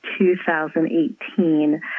2018